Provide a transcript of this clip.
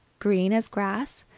green as grass,